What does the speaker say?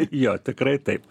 jo tikrai taip